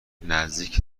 نزدیک